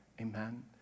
Amen